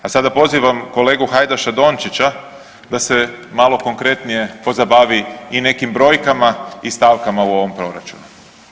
A sada pozivam kolegu Hajdaša Dončića da se malo konkretnije pozabavi i nekim brojkama i stavkama u ovom proračunu.